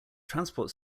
transport